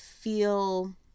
feel